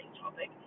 topic